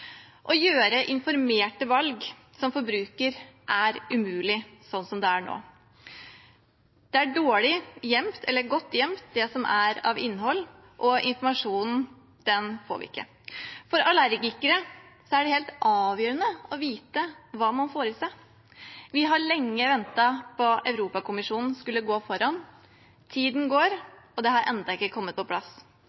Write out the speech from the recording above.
Å gjøre informerte valg som forbruker er umulig sånn som det er nå. Det som er av innhold, er godt gjemt, og informasjonen får vi ikke. For allergikere er det helt avgjørende å vite hva man får i seg. Vi har lenge ventet på at Europakommisjonen skulle gå foran. Tiden går,